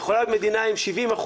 יכולה להיות מדינה עם 70%,